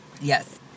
yes